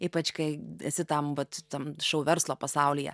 ypač kai esi tam vat tam šou verslo pasaulyje